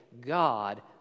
God